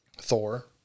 Thor